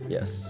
Yes